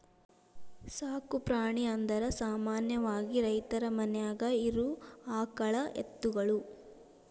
ಸಾಕು ಪ್ರಾಣಿ ಅಂದರ ಸಾಮಾನ್ಯವಾಗಿ ರೈತರ ಮನ್ಯಾಗ ಇರು ಆಕಳ ಎತ್ತುಗಳು